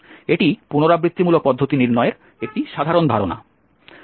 এটি পুনরাবৃত্তিমূলক পদ্ধতি নির্ণয়ের একটি সাধারণ ধারণা